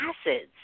acids